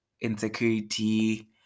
insecurity